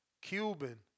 Cuban